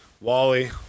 Wally